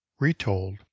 Retold